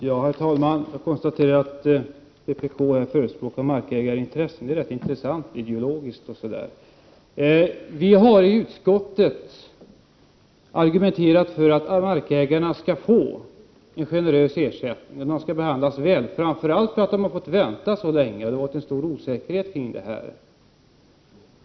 Herr talman! Jag konstaterar att vpk företräder markägarintressena, och det är ideologiskt intressant. Miljöpartiet har i utskottet argumenterat för att markägarna skall få en generös ersättning och behandlas väl, framför allt med hänsyn till att de har fått vänta så länge och att det har rått stor osäkerhet.